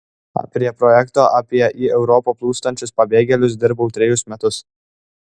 prie projekto apie į europą plūstančius pabėgėlius dirbau trejus metus